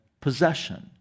possession